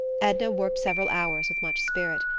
edna worked several hours with much spirit.